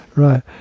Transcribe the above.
Right